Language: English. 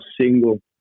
single